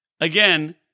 again